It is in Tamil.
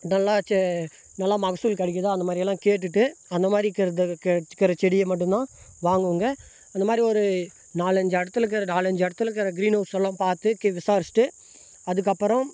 நல்லா செ நல்லா மகசூல் கிடைக்கிதா அந்த மாதிரியெல்லாம் கேட்டுவிட்டு அந்த மாதிரி இருக்கிற செடியை மட்டும்தான் வாங்குவோங்க அந்த மாதிரி ஒரு நாலஞ்சு இடத்துல இருக்கிற நாலஞ்சு இடத்துல இருக்கிற க்ரீன் ஹவுசெலாம் பார்த்து விசாரிச்சுட்டு அதுக்கப்புறம்